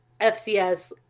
FCS